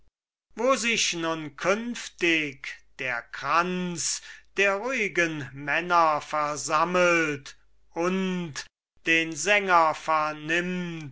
wo sich nun künftig der kranz der ruhigen männer versammelt und den sänger vernimmt